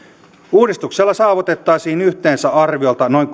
uudistuksella saavutettaisiin yhteensä arviolta noin